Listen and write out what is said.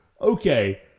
Okay